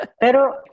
Pero